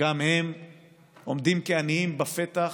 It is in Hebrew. גם הם עומדים כעניים בפתח,